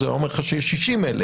היה אומר לך שיש 60,000,